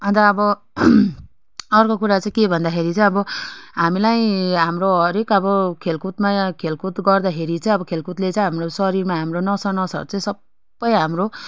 अन्त अब अर्को कुरा चाहिँ के भन्दाखेरि चाहिँ अब हामीलाई हाम्रो हरएक अब खेलकुदमा खेलकुद गर्दाखेरि चाहिँ अब खेलकुदले चाहिँ हाम्रो शरीरमा हाम्रो नसा नसाहरू चाहिँ सबै हाम्रो